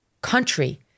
country